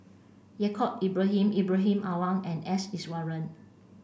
Yaacob Ibrahim Ibrahim Awang and S Iswaran